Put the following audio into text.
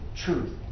truth